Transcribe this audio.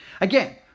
Again